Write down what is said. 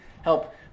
help